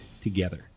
together